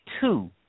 two